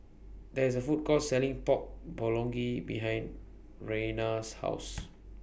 There IS A Food Court Selling Pork Bulgogi behind Rayna's House